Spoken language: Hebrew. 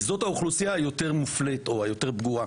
יש אוכלוסייה יותר מופלית או היותר בורה.